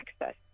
access